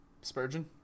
Spurgeon